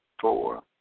four